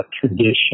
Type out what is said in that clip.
tradition